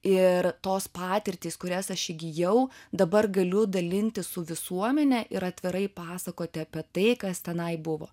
ir tos patirtys kurias aš įgijau dabar galiu dalintis su visuomene ir atvirai pasakoti apie tai kas tenai buvo